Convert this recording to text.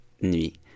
nuit